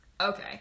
Okay